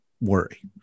worry